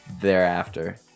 thereafter